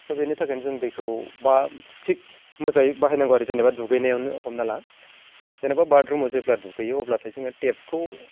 स' बेनि थाखायनो जों दैखौ बा थिख मोजाङै बाहायनांगौ आरो जेनेबा दुगैनायावनो हमना ला जेनेबा बाथरुमाव जेब्ला दुगैयो अब्लाथाय जोङो टेबखौ